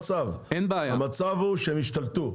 המצב הוא שהם השתלטו.